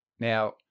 Now